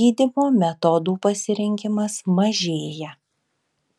gydymo metodų pasirinkimas mažėja